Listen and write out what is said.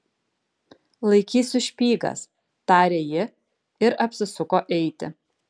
laikysiu špygas tarė ji ir apsisuko eiti